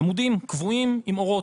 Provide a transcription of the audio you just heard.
עמודים קבועים עם אורות.